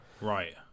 right